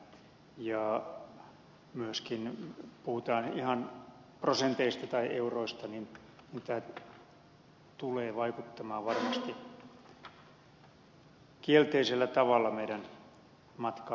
ja myöskin puhutaan ihan prosenteista tai euroista tämä tulee vaikuttamaan varmasti kielteisellä tavalla meidän matkailutaseeseemme